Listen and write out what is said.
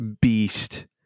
beast